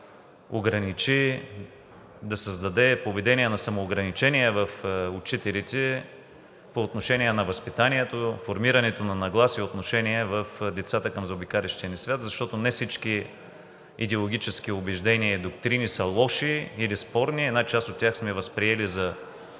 да създаде поведение на самоограничения в учителите по отношение на възпитанието, формирането на нагласи и отношение в децата към заобикалящия ни свят, защото не всички идеологически убеждения и доктрини са лоши или спорни. Една част от тях сме възприели за